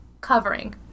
covering